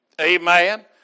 Amen